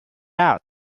out